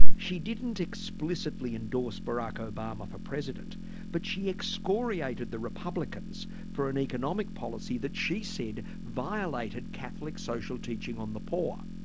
she didn't explicitly endorse barack obama for president but she excoriated the republicans for an economic policy that she said violated catholic social teaching on the poor.